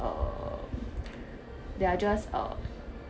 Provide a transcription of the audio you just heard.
um they are just um